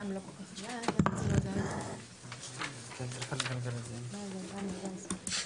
הבעיה חמורה מאוד: